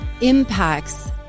impacts